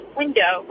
window